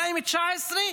219,